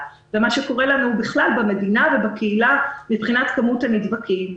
ומה שקורה לנו בכלל במדינה ובקהילה מבחינת כמות הנדבקים,